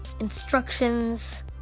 instructions